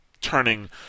turning